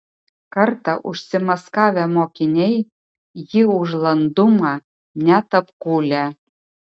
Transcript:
kartą užsimaskavę mokiniai jį už landumą net apkūlę